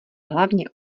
hlavně